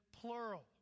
plural